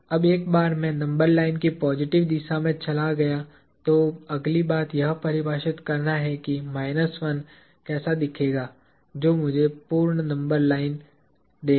अब एक बार जब मैं नंबर लाइन की पॉजिटिव दिशा में चला गया तो अगली बात यह परिभाषित करना है कि माइनस 1 कैसा दिखेगा जो मुझे पूर्ण नंबर लाइन देगा